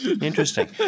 Interesting